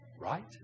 Right